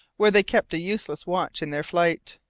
where they kept a useless watch in their flight.